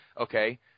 okay